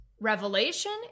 revelation